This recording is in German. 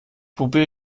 probiere